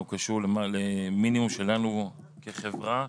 הוא קשור למינימום שלנו כחברה,